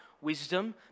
Wisdom